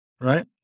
Right